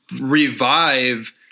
revive